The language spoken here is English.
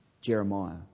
Jeremiah